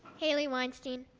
haley weinstein.